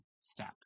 step